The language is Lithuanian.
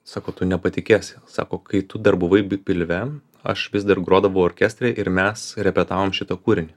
sako tu nepatikėsi sako kai tu dar buvai bi pilve aš vis dar grodavau orkestre ir mes repetavom šitą kūrinį